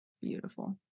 Beautiful